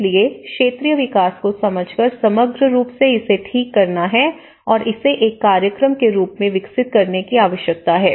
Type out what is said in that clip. इसलिए क्षेत्रीय विकास को समझ कर समग्र रूप से इसे ठीक करना है और इसे एक कार्यक्रम के रूप में विकसित करने की आवश्यकता है